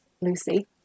Lucy